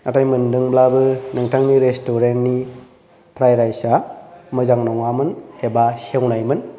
नाथाय मोनदोंब्लाबो नोंथांनि रेस्टुरेन्ट नि फ्रायड राइस आ मोजां नङामोन एबा सेवनायमोन